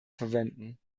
verwenden